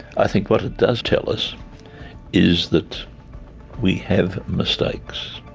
i think what it does tell us is that we have mistakes.